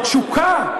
בתשוקה.